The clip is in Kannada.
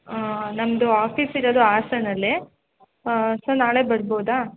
ನಮ್ಮದು ಆಫೀಸ್ ಇರೋದು ಹಾಸನಲ್ಲೇ ಸೊ ನಾಳೆ ಬರ್ಬೋದಾ